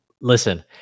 listen